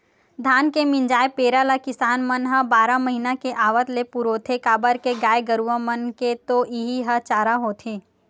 धान के मिंजाय पेरा ल किसान मन ह बारह महिना के आवत ले पुरोथे काबर के गाय गरूवा मन के तो इहीं ह चारा होथे